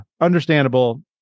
understandable